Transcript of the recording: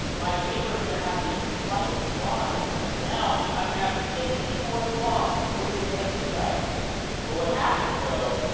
my paper is going to have to be twice as wide because now i am going to have sixty four slots to put in names. well, what happens, though,